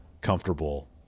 comfortable